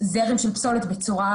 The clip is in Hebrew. זרם של פסולת.